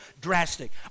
drastic